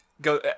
go